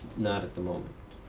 not at the moment.